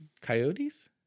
coyotes